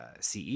CE